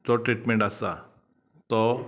जो ट्रिटमेंट आसा तो